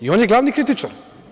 I on je glavni kritičar.